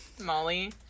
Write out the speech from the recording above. Molly